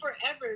forever